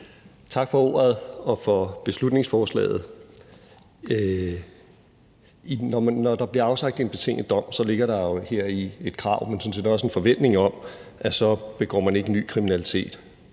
tak for ordet og for beslutningsforslaget. Når der bliver afsagt en betinget dom, ligger der jo heri et krav, men sådan set også en forventning om, at så begår man ikke ny kriminalitet.